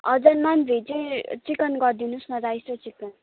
हजर नन भेजै चिकन गरिदिनुहोस् न राइस र चिकन